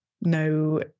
no